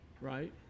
Right